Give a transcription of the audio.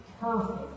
Perfect